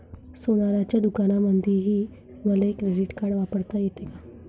सोनाराच्या दुकानामंधीही मले क्रेडिट कार्ड वापरता येते का?